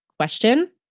question